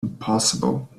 impossible